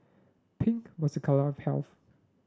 pink was a colour of health